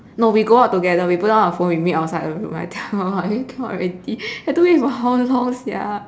no we go out together we put down our phone we meet outside the room I tell you I really cannot already have to wait for how long sia